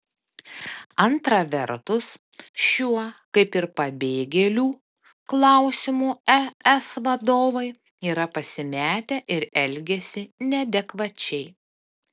antra vertus šiuo kaip ir pabėgėlių klausimu es vadovai yra pasimetę ir elgiasi neadekvačiai